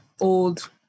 old